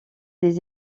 des